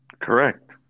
correct